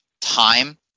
time